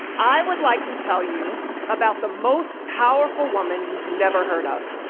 i would like to tell you about the most powerful woman you've never heard of.